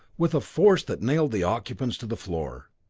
with a force that nailed the occupants to the floor.